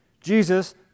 Jesus